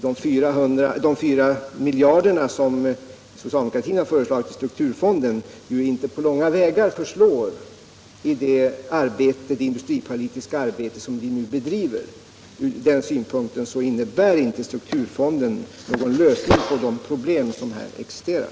De 4 miljarder socialdemokratin föreslagit i strukturfonden förslår inte på långa vägar till det politiska arbete vi nu bedriver. Ur den synpunkten innebär inte strukturfonden en lösning av de problem som nu existerar.